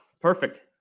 Perfect